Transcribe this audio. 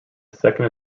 second